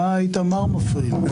אתה היית מר מפריעים.